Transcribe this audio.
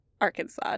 Arkansas